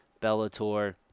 Bellator